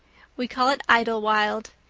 we call it idlewild.